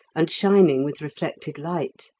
and shining with reflected light.